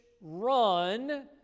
run